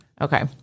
Okay